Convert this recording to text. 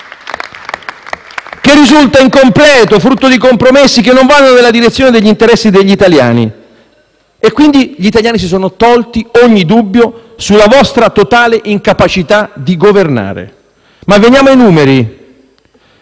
risulta incompleto e frutto di compromessi, che non vanno nella direzione degli interessi degli italiani. Quindi gli italiani si sono tolti ogni dubbio sulla vostra totale incapacità di governare. Veniamo dunque